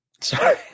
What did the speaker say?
Sorry